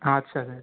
আচ্ছা আচ্ছা